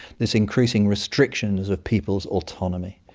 these increasing restrictions of people's autonomy.